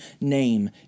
name